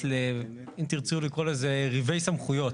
שנוגעת, אם תרצו לקרוא לזה, ריבי סמכויות.